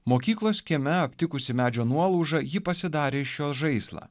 mokyklos kieme aptikusi medžio nuolaužą ji pasidarė iš jos žaislą